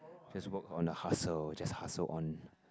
just work on the hustle just hustle on